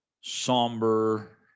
somber